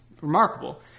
remarkable